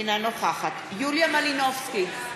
אינה נוכחת יוליה מלינובסקי,